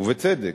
ובצדק,